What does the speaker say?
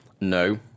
No